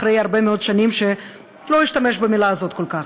אחרי הרבה מאוד שנים שהוא לא השתמש במילה הזאת כל כך.